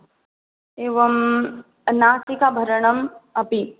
एवं नासिकाभरणम् अपि